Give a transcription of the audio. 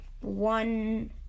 one